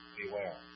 beware